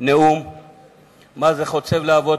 נאום חוצב להבות.